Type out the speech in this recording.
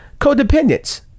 codependence